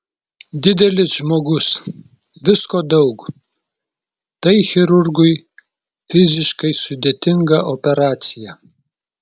didelis žmogus visko daug tai chirurgui fiziškai sudėtinga operacija